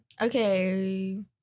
okay